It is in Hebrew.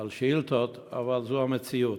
לענות על שאילתות, אבל זו המציאות.